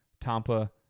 Tampa